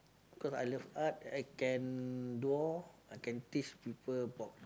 cause I love art I can draw I can teach people about